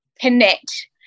connect